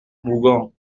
mougon